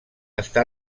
està